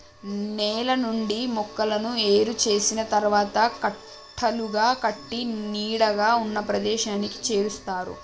నేల నుండి మొక్కలను ఏరు చేసిన తరువాత కట్టలుగా కట్టి నీడగా ఉన్న ప్రదేశానికి చేరుస్తారు